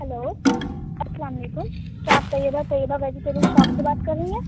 hello السّلام علیکم کیا آپ طیبہ طیبہ ویجٹیبل شاپ سے بات کر رہی ہیں